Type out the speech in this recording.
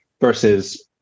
versus